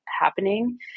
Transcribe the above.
happening